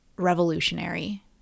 revolutionary